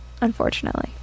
unfortunately